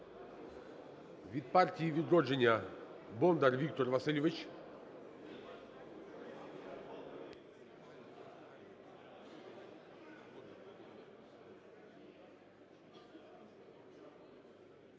Від "Партії "Відродження" Бондар Віктор Васильович.